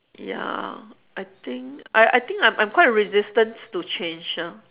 ya I think I I think I I'm quite resistance to change ah